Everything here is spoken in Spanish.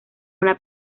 una